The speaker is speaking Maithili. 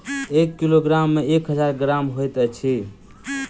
एक किलोग्राम मे एक हजार ग्राम होइत अछि